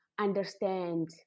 understand